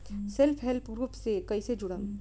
Self help group से कइसे जुड़म?